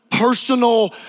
personal